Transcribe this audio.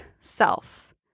self